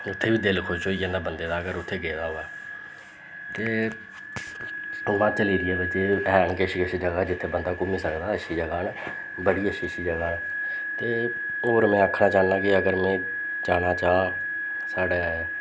उत्थें बी दिल खुश होई जंदा बंदे दा अगर उत्थें गेदा होऐ ते म्हाचल ऐरिये बिच्च हैन किश किश जगह् जित्थें जित्थें बंदा घूमी सकदा अच्छी जगह् न बड़ी अच्छी अच्छी जगह् न ते होर में आखना चाह्न्नां कि अगर में जाना चाह् साढ़ै